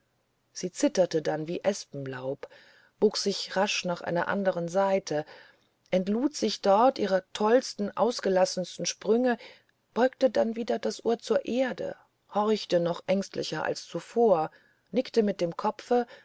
sie zitterte dann wie espenlaub bog rasch nach einer anderen seite entlud sich dort ihrer tollsten ausgelassensten sprünge beugte dann wieder das ohr zur erde horchte noch ängstlicher als zuvor nickte mit dem kopfe